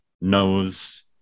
knows